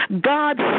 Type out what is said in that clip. God